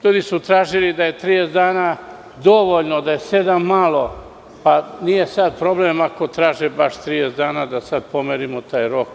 Ljudi su rekli da je 30 dana dovoljno, da je sedam malo, pa nije sada problem ako traže baš 30 dana, da sada pomerimo taj rok.